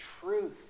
truth